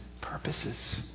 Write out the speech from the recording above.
purposes